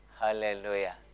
Hallelujah